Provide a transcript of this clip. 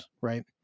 right